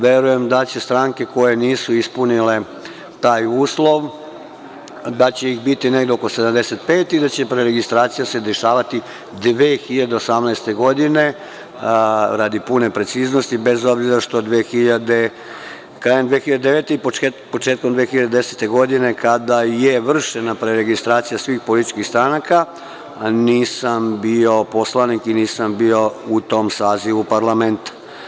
Verujem da će stranke koje nisu ispunile taj uslov da će ih biti negde oko 75 i da će se preregistracija dešavati 2018. godine radi pune preciznosti, bez obzira što krajem 2009. godine i početkom 2010. godine, kada je vršena preregistracija svih političkih stranaka, nisam bio poslanik i nisam bio u tom sazivu parlamenta.